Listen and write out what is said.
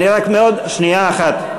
שנייה אחת,